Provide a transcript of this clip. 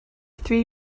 three